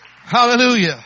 Hallelujah